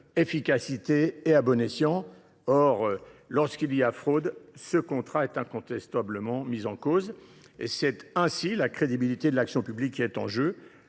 efficacité et à bon escient. Lorsqu’il y a fraude, le contrat est incontestablement remis en cause. C’est alors la crédibilité de l’action publique qui est en jeu.